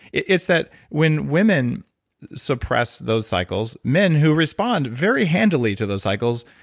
it's that when women suppress those cycles, men who respond very handily to those cycles,